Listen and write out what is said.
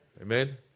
Amen